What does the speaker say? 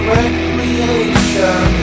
Recreation